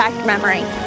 memory